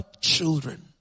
children